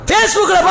Facebook